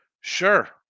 Sure